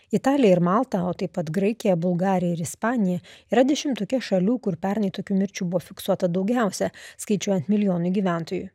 italija ir malta o taip pat graikija bulgarija ir ispanija yra dešimtuke šalių kur pernai tokių mirčių buvo fiksuota daugiausia skaičiuojant milijonui gyventojų